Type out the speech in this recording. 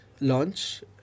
launch